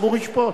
הציבור ישפוט.